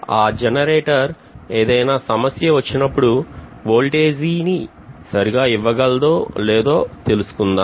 ఆ జనరేటర్ ఏదైనా సమస్య వచ్చినప్పుడు వోల్టేజీ ని సరిగ్గా ఇవ్వగలదో లేదో తెలిసికుందాము